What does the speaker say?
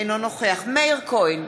אינו נוכח מאיר כהן,